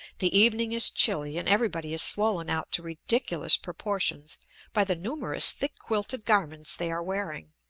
the evening is chilly, and everybody is swollen out to ridiculous proportions by the numerous thick-quilted garments they are wearing.